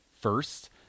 first